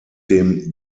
dem